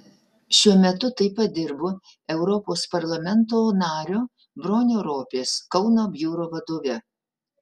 šiuo metu taip pat dirbu europos parlamento nario bronio ropės kauno biuro vadove